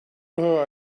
her